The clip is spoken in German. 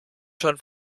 schon